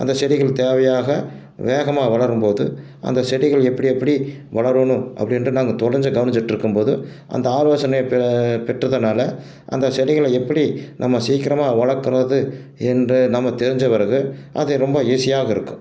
அந்த செடிகள் தேவையாக வேகமாக வளரும்போது அந்த செடிகள் எப்படி எப்படி வளரணும் அப்படின்ட்டு நாங்கள் தொடஞ்சு கவனிச்சுட்ருக்கும்போது அந்த ஆலோசனை பெ பெற்றதுனால் அந்த செடிகளை எப்படி நம்ம சீக்கிரமா வளர்க்குறது என்ற நம்ம தெரிஞ்ச பிறகு அது ரொம்ப ஈஸியாக இருக்கும்